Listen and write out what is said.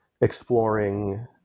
exploring